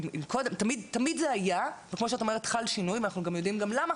תמיד זה היה וכמו שאת אומרת חל שינוי ואנחנו יודעים גם למה